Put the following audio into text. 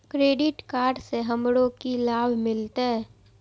Credit card से हमरो की लाभ मिलते?